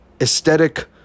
aesthetic